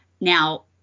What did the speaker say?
Now